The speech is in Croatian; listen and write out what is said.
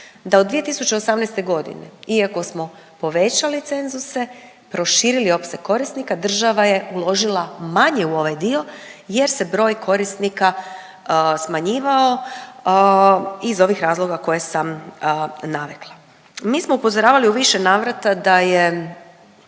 da od 2018.g. iako smo povećali cenzuse, proširili opseg korisnika, država je uložila manje u ovaj dio jer se broj korisnika smanjivao iz ovih razloga koje sam navela. Mi smo upozoravali u više navrata da je